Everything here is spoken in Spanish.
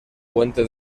puente